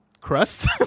Crust